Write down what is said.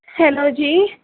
hello ਜੀ